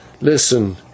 Listen